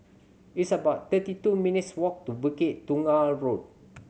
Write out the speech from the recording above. it's about thirty two minutes' walk to Bukit Tunggal Road